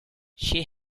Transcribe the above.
she